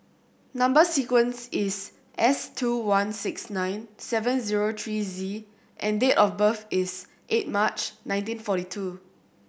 number sequence is S two one six nine seven zero three Z and date of birth is eight March nineteen forty two